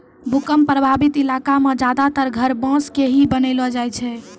भूकंप प्रभावित इलाका मॅ ज्यादातर घर बांस के ही बनैलो जाय छै